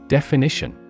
Definition